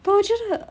but 我觉得